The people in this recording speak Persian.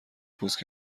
پوست